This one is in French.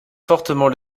fortement